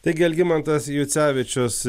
taigi algimantas jucevičius